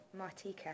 Martika